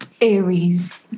Aries